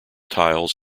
tiles